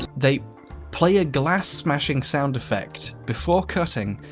they play a glass smashing sound effect, before cutting,